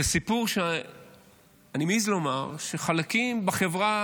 זה סיפור שאני מעז לומר שחלקים בחברה